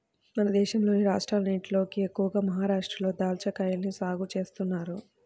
మన దేశంలోని రాష్ట్రాలన్నటిలోకి ఎక్కువగా మహరాష్ట్రలో దాచ్చాకాయల్ని సాగు చేత్తన్నారు